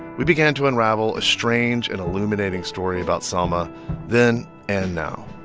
we began to unravel a strange and illuminating story about selma then and now